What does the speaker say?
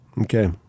Okay